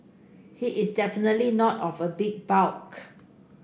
he is definitely not of a big bulk